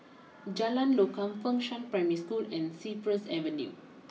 Jalan Lokam Fengshan Primary School and Cypress Avenue